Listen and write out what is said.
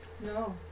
No